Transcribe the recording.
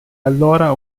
allora